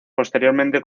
posteriormente